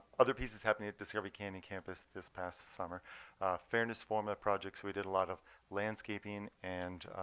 other pieces happening at discovery canyon campus this past summer fairness formula projects, we did a lot of landscaping and